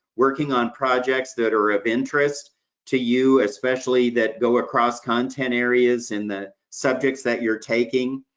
working on projects that are of interest to you, especially that go across content areas, in the subjects that you're taking.